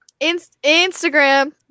Instagram